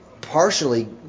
partially